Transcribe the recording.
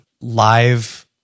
live